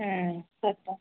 तस्य